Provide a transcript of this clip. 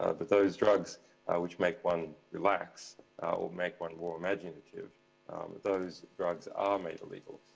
ah but those drugs which make one relax or make one more imaginative those drugs are made illegal.